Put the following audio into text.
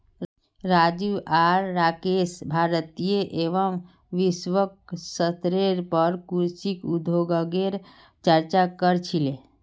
राजू आर राकेश भारतीय एवं वैश्विक स्तरेर पर कृषि उद्योगगेर चर्चा क र छीले